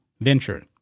venture